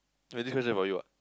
wait this question about you ah